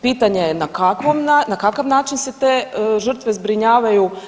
Pitanje je na kakav način se te žrtve zbrinjavaju?